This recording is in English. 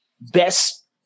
best